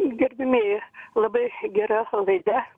gerbiamieji labai gera laida